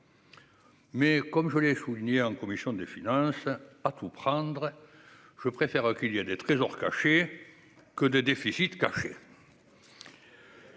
Comme je l'ai souligné en commission des finances, à tout prendre, je préfère qu'il y ait des trésors cachés plutôt que des déficits cachés.